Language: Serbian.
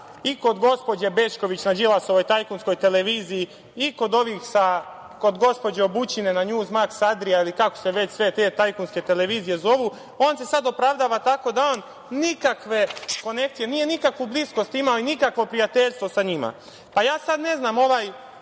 i kod gospođe Bećković na Đilasovoj tajkunskoj televiziji i kod gospođe Obućine na „NewsMaks Adria“ ili kako se već te tajkunske televizije zovu, on se sad opravdava tako da on nikakve konekcije, nije nikakvu bliskost imao i nije nikakvo prijateljstvo sa njima. Ovaj presretnuti